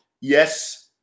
yes